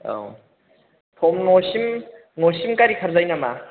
औ थं न'सिम न'सिम गारि खारजायो नामा